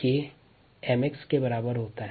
के d dt के बराबर होता है